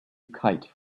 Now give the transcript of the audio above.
kite